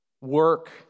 Work